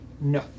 No